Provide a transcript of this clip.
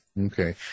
Okay